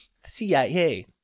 CIA